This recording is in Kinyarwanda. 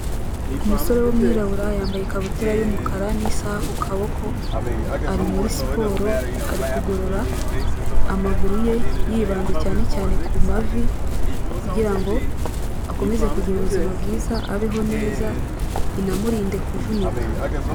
Umusore w'umwirabura yambaye ikabutura y'umukara n'isaha ku kaboko, ari muri siporo ari kugorora amaguru ye yibanze cyane cyane ku mavi kugira ngo akomeze kugira ubuzima bwiza abeho neza binamurinde kuvunika.